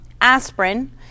aspirin